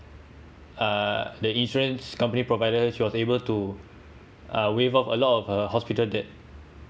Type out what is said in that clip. uh the insurance company provided her she was able to uh waive off a lot of her hospital debt